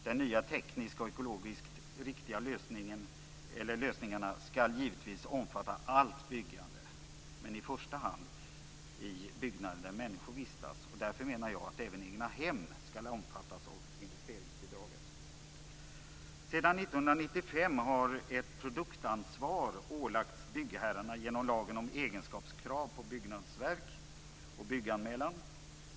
De nya tekniska och ekologiskt riktiga lösningarna skall givetvis omfatta allt byggande, men i första hand byggnader där människor vistas. Därför menar jag att även egnahem skall omfattas av investeringsbidraget. Sedan 1995 har ett produktansvar ålagts byggherrarna genom lagar om egenskapskrav på byggnadsverk och om bygganmälan.